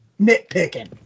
nitpicking